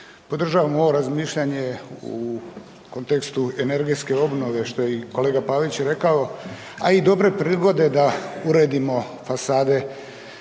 podržavam ovo razmišljanje u kontekstu energetske obnove što je kolega Pavić rekao, a i dobre prigode da uredimo fasade